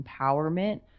empowerment